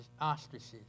ostriches